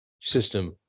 system